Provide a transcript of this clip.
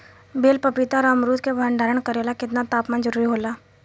बेल पपीता और अमरुद के भंडारण करेला केतना तापमान जरुरी होला?